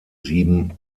sieben